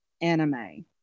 anime